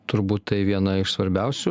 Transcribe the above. turbūt tai viena iš svarbiausių